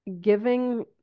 giving